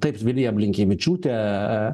taip vilija blinkevičiūtė